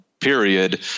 period